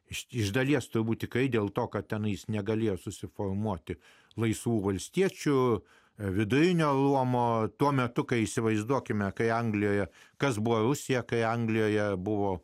iš dalies turbūt tikrai dėl to kad ten jis negalėjo susiformuoti laisvų valstiečių vidurinio luomo tuo metu kai įsivaizduokime kai anglijoje kas buvo ausį kai anglijoje buvo